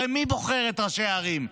הרי מי בוחר את ראשי הערים?